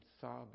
sobbing